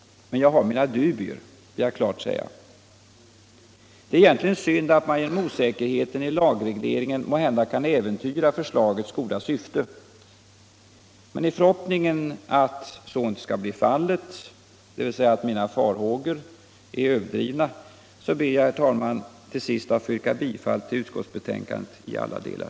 Men jag har mina dubier; det vill jag klart säga ifrån. Det är egentligen synd att man genom osäkerheten i lagregleringen måhända kan äventyra förslagets goda syfte. I förhoppningen att så inte skall bli fallet — dvs. i förhoppningen att mina farhågor är överdrivna — ber jag emellertid att få yrka bifall till utskottsbetänkandet i alla delar.